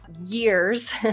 years